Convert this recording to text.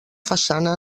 façana